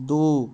दू